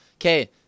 Okay